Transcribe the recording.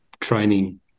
training